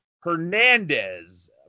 Hernandez